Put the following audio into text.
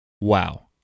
Wow